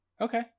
Okay